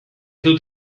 dut